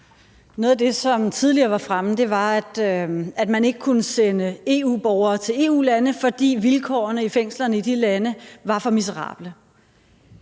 Noget af det, som tidligere var fremme, var, at man ikke kunne sende EU-borgere til EU-lande, fordi vilkårene i fængslerne i de lande var for miserable.